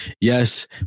yes